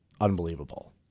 unbelievable